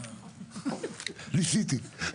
ניסיתי.